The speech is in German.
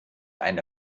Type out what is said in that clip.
eine